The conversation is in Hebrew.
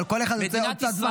אבל כל אחד רוצה עוד קצת זמן.